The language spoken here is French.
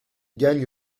gagne